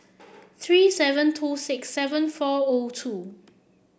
three seven two six seven four O two